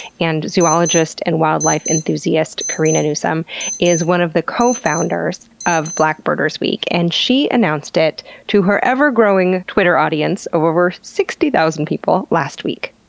and zoologist and wildlife enthusiast corina newsome is one of the cofounders of black birders week, and she announced it to her ever-growing twitter audience of over sixty thousand people last week.